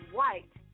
White